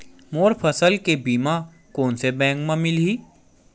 मोर फसल के बीमा कोन से बैंक म मिलही?